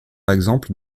exemple